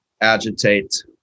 agitate